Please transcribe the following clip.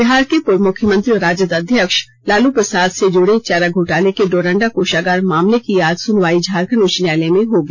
बिहार के पूर्व मुख्यमंत्री और राजद अध्यक्ष लालू प्रसाद से जुड़े चारा घोटाले के डोरंडा कोषागार मामले की आज सुनवाई झारखंड उच्च न्यायालय में होगी